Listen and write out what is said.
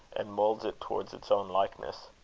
and moulds it towards its own likeness.